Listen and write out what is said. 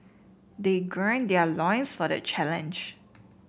they gird their loins for the challenge